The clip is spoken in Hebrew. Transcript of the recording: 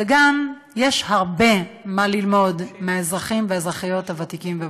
וגם יש הרבה מה ללמוד מהאזרחים והאזרחיות הוותיקים והוותיקות.